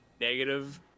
Negative